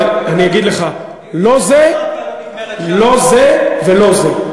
אני אגיד לך, לא זה ולא זה.